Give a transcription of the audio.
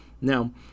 Now